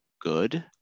good